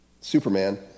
Superman